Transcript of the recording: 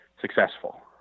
successful